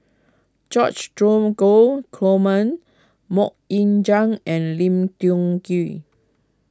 George Dromgold Coleman Mok Ying Jang and Lim Tiong Ghee